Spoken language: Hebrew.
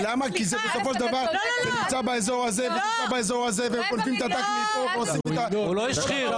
--- כי בסופו של דבר זה נמצא באזור הזה --- הוא לא השחיר,